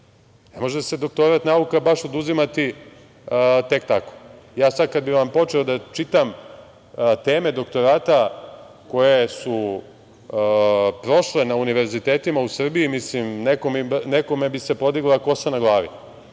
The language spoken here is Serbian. može se doktorat nauka baš oduzimati tek tako. Ja sad kad bih počeo da vam čitam teme doktorata koje su prošle na univerzitetima u Srbiji, nekome bi se podigla kosa na glavi,